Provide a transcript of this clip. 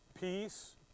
peace